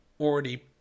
Already